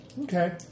Okay